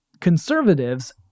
conservatives